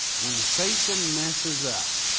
when satan messes up,